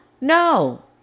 No